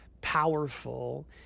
powerful